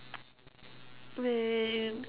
man